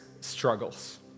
struggles